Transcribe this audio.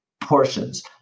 portions